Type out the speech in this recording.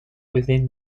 within